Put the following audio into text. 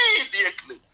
immediately